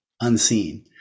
unseen